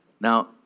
Now